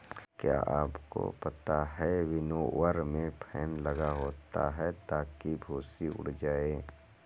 क्या आपको पता है विनोवर में फैन लगा होता है ताकि भूंसी उड़ जाए?